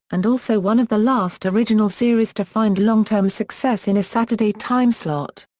and also one of the last original series to find long term success in a saturday timeslot.